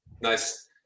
nice